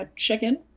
ah chicken,